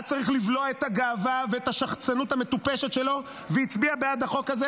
היה צריך לבלוע את הגאווה ואת השחצנות המטופשת שלו והצביע בעד החוק הזה,